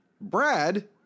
Brad